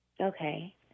Okay